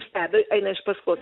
stebi eina iš paskos